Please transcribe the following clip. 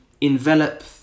envelop